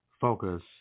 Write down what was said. focus